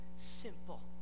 simple